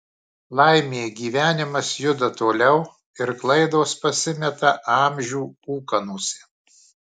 laimė gyvenimas juda toliau ir klaidos pasimeta amžių ūkanose